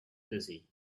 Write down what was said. dizzy